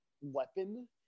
weapon